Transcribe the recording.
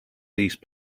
these